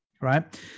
right